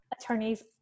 attorneys